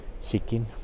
seeking